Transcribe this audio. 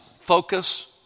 Focus